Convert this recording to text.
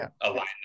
align